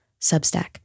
Substack